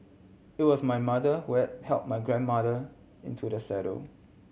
it was my mother who had help my grandmother into the saddle